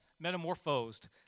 metamorphosed